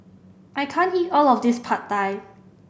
I can't eat all of this Pad Thai